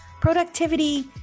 productivity